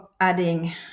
adding